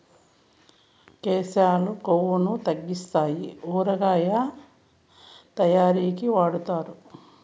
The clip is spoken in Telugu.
కేశాలు కొవ్వును తగ్గితాయి ఊరగాయ తయారీకి వాడుతారు